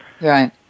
Right